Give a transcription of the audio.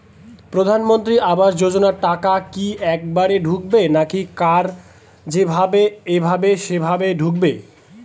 প্রধানমন্ত্রী আবাস যোজনার টাকা কি একবারে ঢুকবে নাকি কার যেভাবে এভাবে সেভাবে ঢুকবে?